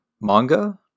manga